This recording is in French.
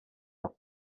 leur